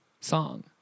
song